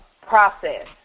process